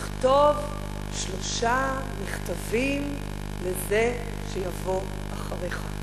"כתוב שלושה מכתבים לזה שיבוא אחריך".